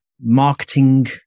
marketing